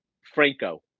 Franco